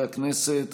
הכנסת